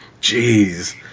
jeez